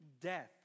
death